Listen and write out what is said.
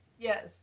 Yes